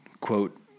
quote